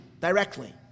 directly